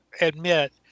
admit